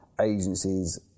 agencies